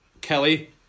Kelly